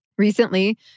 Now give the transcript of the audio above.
Recently